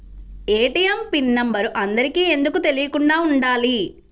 ATM pin number అందరికి ఎందుకు తెలియకుండా ఉండాలి?